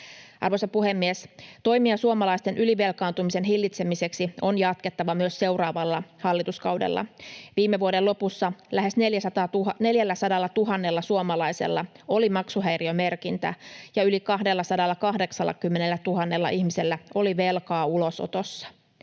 Arvoisa puhemies! Toimia suomalaisten ylivelkaantumisen hillitsemiseksi on jatkettava myös seuraavalla hallituskaudella. Viime vuoden lopussa lähes 400 000 suomalaisella oli maksuhäiriömerkintä ja yli 280 000 ihmisellä oli velkaa ulosotossa.